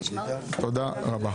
תודה רבה.